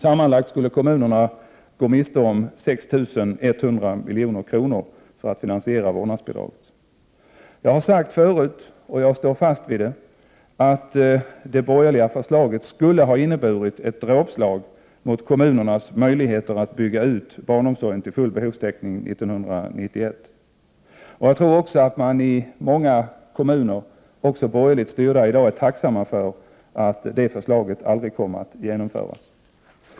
Sammanlagt skulle kommunerna gå miste om 6 100 milj.kr. för att finansiera vårdnadsbidraget. Jag har sagt förut, och jag står fast vid det, att det borgerliga förslaget skulle ha inneburit ett dråpslag mot kommunernas möjligheter att bygga ut barnomsorgen till full behovstäckning 1991. Jag tror också att man i många kommuner, också borgerligt styrda, i dag är tacksamma för att det förslaget aldrig kommer att genomföras.